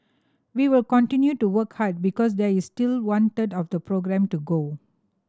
we will continue to work hard because there is still one third of the programme to go